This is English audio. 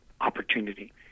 opportunity